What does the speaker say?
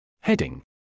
Heading